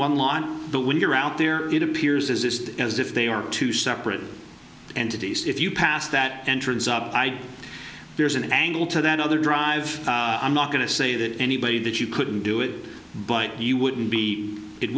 one line but when you're out there it appears as this as if they are two separate entities if you passed that entrance up there's an angle to that other drive i'm not going to say that anybody that you couldn't do it but you wouldn't be it